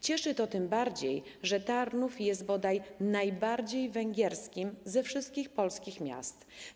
Cieszy to tym bardziej, że Tarnów jest bodaj najbardziej węgierskim ze wszystkich polskich miast.